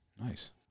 Nice